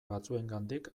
batzuengandik